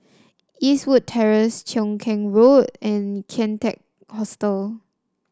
Eastwood Terrace Cheow Keng Road and Kian Teck Hostel